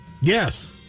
Yes